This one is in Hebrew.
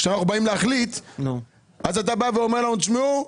כשאנחנו באים להחליט אז אתה בא ואומר לנו: תשמעו,